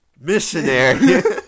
missionary